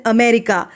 America